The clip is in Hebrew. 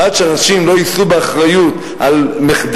ועד שאנשים לא יישאו באחריות למחדלים,